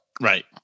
Right